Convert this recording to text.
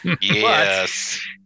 Yes